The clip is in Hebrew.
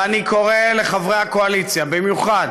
ואני קורא לחברי הקואליציה, במיוחד